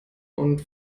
und